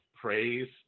praise